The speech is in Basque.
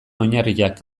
oinarriak